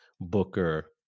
Booker